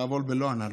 הרב וולבה לא ענה לו.